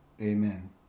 Amen